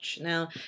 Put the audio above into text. Now